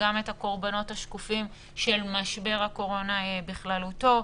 גם את הקורבנות השקופים של משבר הקורונה בכללותו.